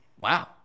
Wow